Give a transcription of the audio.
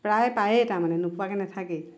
প্ৰায় পায়েই তাৰমানে নোপোৱাকৈ নাথাকেই